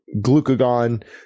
glucagon